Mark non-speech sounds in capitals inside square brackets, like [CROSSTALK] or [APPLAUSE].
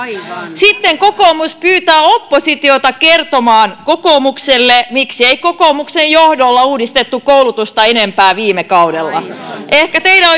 sitten kokoomus pyytää oppositiota kertomaan kokoomukselle miksi ei kokoomuksen johdolla uudistettu koulutusta enempää viime kaudella ehkä teidän [UNINTELLIGIBLE]